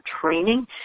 training